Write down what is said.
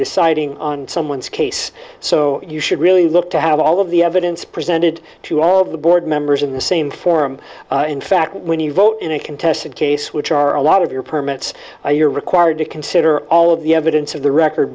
deciding on someone's case so you should really look to have all of the evidence presented to all the board members in the same form in fact when you vote in a contested case which are a lot of your permits or you're required to consider all of the evidence of the record